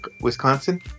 Wisconsin